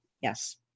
yes